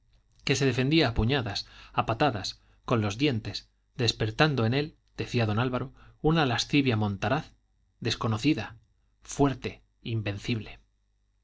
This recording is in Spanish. que se defendía a puñadas a patadas con los dientes despertando en él decía don álvaro una lascivia montaraz desconocida fuerte invencible